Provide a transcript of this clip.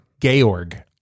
Georg